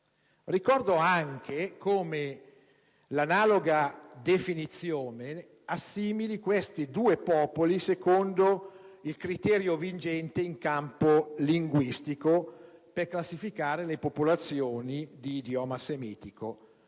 Ricordo anche come l'analoga definizione assimili questi due popoli secondo il criterio vigente in campo linguistico per classificare le popolazioni di idioma semitico.